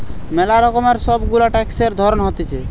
ম্যালা রকমের সব গুলা ট্যাক্সের ধরণ হতিছে